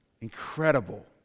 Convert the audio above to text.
Incredible